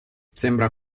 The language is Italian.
sembra